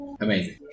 Amazing